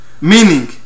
meaning